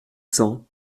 cents